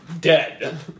Dead